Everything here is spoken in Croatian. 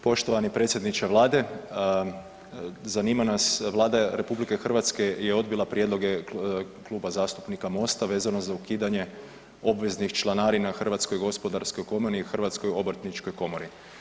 Poštovani predsjedniče Vlade, zanima nas Vlada RH je odbila prijedloge Kluba zastupnika MOST-a vezano za ukidanje obveznih članarina Hrvatskoj gospodarskoj komori i Hrvatskoj obrtničkoj komori.